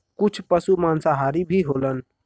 कुछ पसु मांसाहारी भी होलन